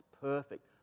perfect